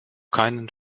keinen